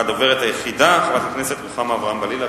הדוברת היחידה, חברת הכנסת רוחמה אברהם-בלילא.